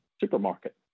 supermarket